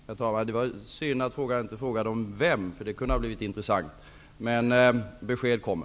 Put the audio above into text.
Herr talman! Det var synd att frågaren inte frågade om vem, därför att det kunde ha blivit intressant. Men besked kommer.